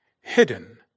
hidden